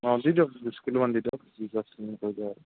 অঁ দি দিয়ক বিশ কিলো মান দি দিয়ক